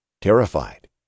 terrified